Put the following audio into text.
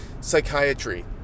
psychiatry